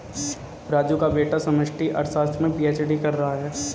राजू का बेटा समष्टि अर्थशास्त्र में पी.एच.डी कर रहा है